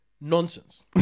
nonsense